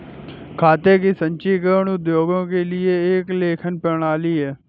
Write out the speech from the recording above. खाते का संचीकरण उद्योगों के लिए एक लेखन प्रणाली है